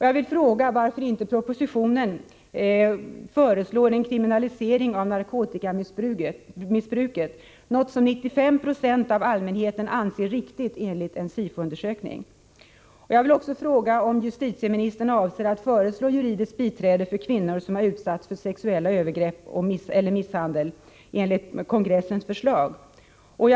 Jag vill fråga varför det i propositionen inte föreslås en kriminalisering av narkotikamissbruket, något som 95 96 av allmänheten anser riktigt enligt en SIFO-undersökning. Jag vill också fråga om justitieministern avser att föreslå juridiskt biträde för kvinnor som utsatts för sexuella övergrepp och/eller misshandel, enligt partikongressens förslag.